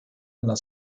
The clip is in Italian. nella